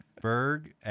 berg